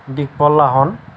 Dikpal Lahon